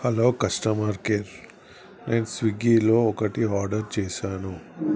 hello customer care నేను స్విగ్గీలో ఒకటి ఆర్డర్ చేశాను